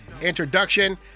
introduction